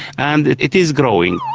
and it is growing.